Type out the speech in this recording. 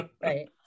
Right